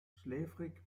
schläfrig